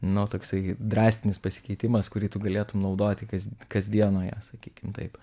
nu toksai drastinis pasikeitimas kurį tu galėtum naudoti kas kasdienoje sakykim taip